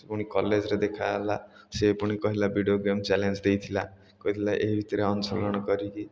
ସେ ପୁଣି କଲେଜ୍ରେ ଦେଖା ହେଲା ସେ ପୁଣି କହିଲା ଭିଡ଼ିଓ ଗେମ୍ ଚ୍ୟାଲେଞ୍ଜ ଦେଇଥିଲା କହିଥିଲା ଏ ଭିତରେ ଅଂଶଗ୍ରଣ କରିକି